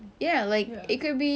ya like it could be